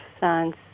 science